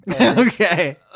Okay